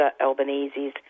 Albanese's